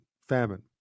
famine